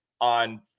on